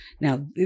Now